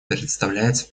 представляется